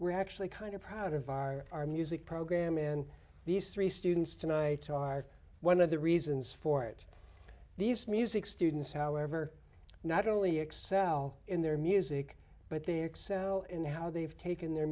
we're actually kind of proud of our our music program in these three students tonight are one of the reasons for it these music students however not only excel in their music but they excel in how they've taken their